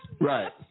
Right